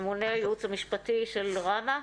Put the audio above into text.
ממונה הייעוץ המשפטי של ראמ"ה.